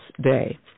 day